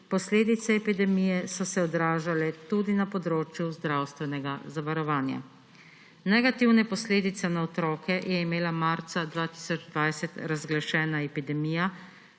Posledice epidemije so se odražale tudi na področju zdravstvenega zavarovanja. Negativne posledice na otroke je imela marca 2020 razglašena epidemija.